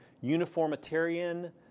uniformitarian